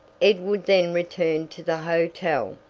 edward then returned to the hotel.